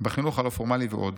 בחינוך הלא-פורמלי ועוד.